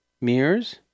mirrors